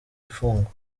ifungwa